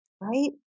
right